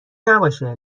نباشه